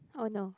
oh no